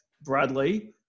Bradley